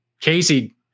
Casey